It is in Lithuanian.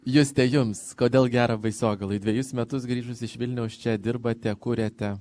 juste jums kodėl gera baisogaloj dvejus metus grįžus iš vilniaus čia dirbate kuriate